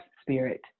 spirit